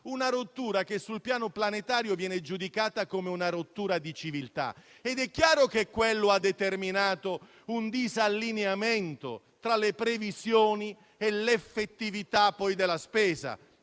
una rottura che sul piano planetario viene giudicata come una rottura di civiltà. È chiaro che ciò ha determinato un disallineamento tra le previsioni e l'effettività poi della spesa;